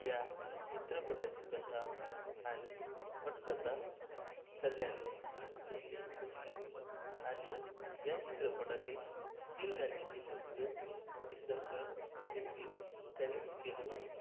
या चित्रपटाची कथा आणि पटकथा कल्याणने लिहिली होती आणि या चित्रपटातील तीन गाण्यांचे नृत्य दिग्दर्शन देखील त्यानेच केले होते